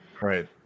right